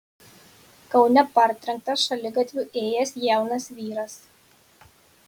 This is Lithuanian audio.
kaune partrenktas šaligatviu ėjęs jaunas vyras